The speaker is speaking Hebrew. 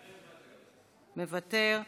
מוותר,